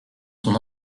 son